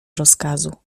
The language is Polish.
rozkazu